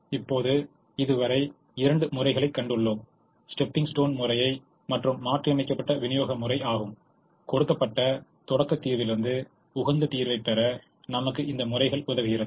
இப்போது இதுவரை இரண்டு முறைகளைக் கண்டுள்ளோம் ஸ்டெப்பிங் ஸ்டோன் முறையைத் மற்றும் மாற்றியமைக்கப்பட்ட விநியோக முறை ஆகும் கொடுக்கப்பட்ட தொடக்கத் தீர்விலிருந்து உகந்த தீர்வைப் பெற நமக்கு இந்த முறைகள் உதவுகிறது